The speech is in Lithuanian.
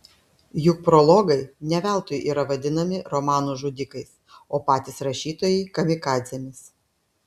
juk prologai ne veltui yra vadinami romanų žudikais o patys rašytojai kamikadzėmis